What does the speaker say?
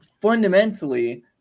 fundamentally